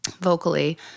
vocally